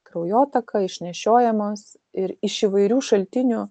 kraujotaką išnešiojamos ir iš įvairių šaltinių